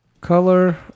Color